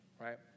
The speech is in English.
right